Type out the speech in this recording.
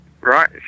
right